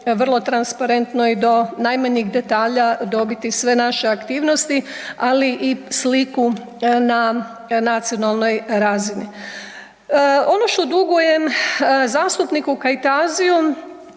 vrlo transparentno i do najmanjih detalja dobiti sve naše aktivnosti, ali i sliku na nacionalnoj razini. Ono što dugujem zastupniku Kajtaziju,